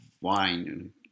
wine